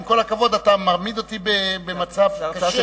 עם כל הכבוד, אתה מעמיד אותי במצב קשה.